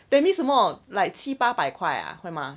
that means 什么 like 七八百块 ah 会吗